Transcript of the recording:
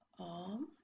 arm